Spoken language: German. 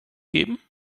geben